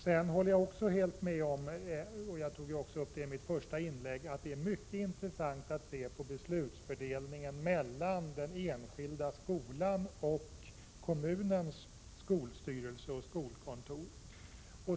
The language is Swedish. Som jag också tog upp i mitt första inlägg är det mycket intressant att se på beslutsfördelningen mellan den enskilda skolan och kommunens skolstyrelse och skolkontor.